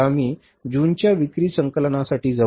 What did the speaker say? आता आम्ही जूनच्या विक्री संकलनासाठी जाऊ